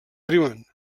riuen